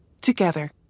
Together